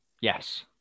yes